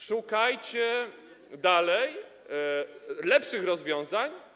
Szukajcie dalej - lepszych - rozwiązań.